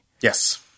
yes